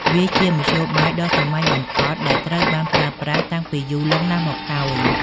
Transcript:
វាជាមធ្យោបាយដ៏សាមញ្ញបំផុតដែលត្រូវបានប្រើប្រាស់តាំងពីយូរលង់ណាស់មកហើយ។